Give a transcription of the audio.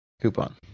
coupon